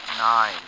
Nine